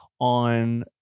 on